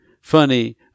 Funny